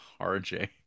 RJ